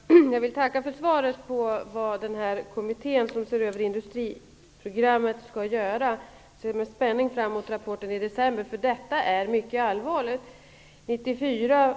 Fru talman! Jag vill tacka för svaret på frågan vad kommittén som ser över industriprogrammet skall göra. Jag ser med spänning fram emot rapporten i december, för detta är mycket allvarligt.